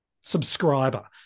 subscriber